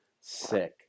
sick